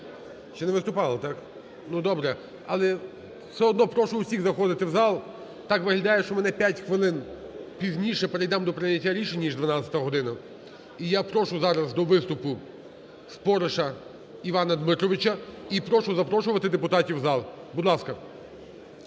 Ще не виступали, так? Добре, але все одно прошу всіх заходити в зал. Так виглядає, що ми на 5 хвилин пізніше перейдемо до прийняття рішення, ніж 12 година. І я прошу зараз до виступу Спориша Івана Дмитровича. І прошу запрошувати депутатів в зал. Будь ласка.